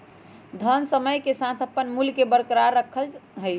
धन समय के साथ अपन मूल्य के बरकरार रखल जा हई